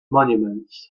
monuments